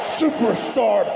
superstar